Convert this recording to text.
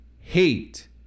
hate